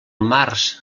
març